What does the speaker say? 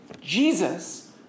Jesus